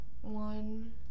one